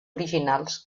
originals